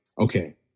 okay